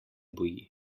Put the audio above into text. boji